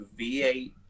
V8